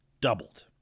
doubled